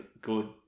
good